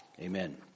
Amen